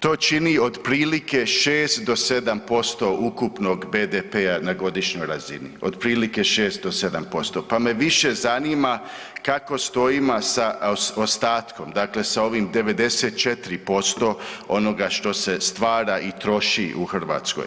to čini otprilike 6 do 7% ukupnog BDP-a na godišnjoj razini, otprilike 6 do 7%, pa me više zanima kako stojimo sa ostatkom, dakle sa ovih 94% onoga što se stvara i troši u Hrvatskoj?